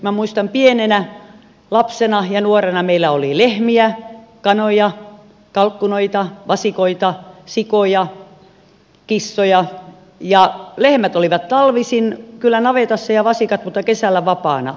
minä muistan että pienenä lapsena ja nuorena meillä oli lehmiä kanoja kalkkunoita vasikoita sikoja kissoja ja lehmät ja vasikat olivat talvisin kyllä navetassa mutta kesällä vapaana